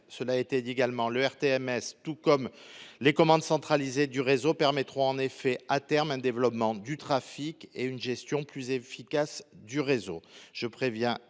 l’a dit, l’ERTMS tout comme les commandes centralisées du réseau permettront, à terme, un développement du trafic et une gestion plus efficace du réseau.